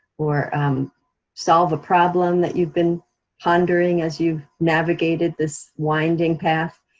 or um solve a problem that you've been pondering as you've navigated this winding path,